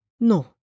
No